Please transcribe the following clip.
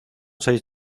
seis